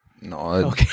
No